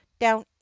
down